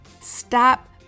Stop